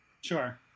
sure